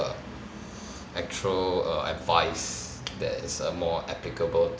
err actual err advice that is err more applicable